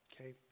okay